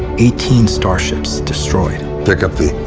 eighteen starships destroyed pick up the